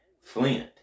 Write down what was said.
Flint